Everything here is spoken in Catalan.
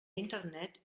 internet